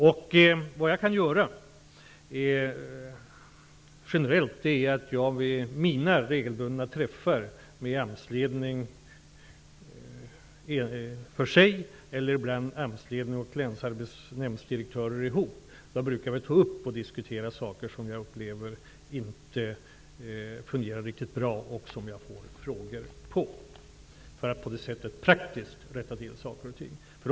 Det jag generellt kan göra är att jag vid mina regelbundna träffar med AMS-ledningen eller ibland med AMS-ledningen och länsarbetsnämndsdirektörer ihop -- där vi brukar ta upp och diskutera saker som jag upplever inte fungerar riktigt bra och som jag får frågor om -- kan ta upp detta för att på det sättet praktiskt rätta till saker och ting.